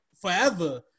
forever